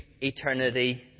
eternity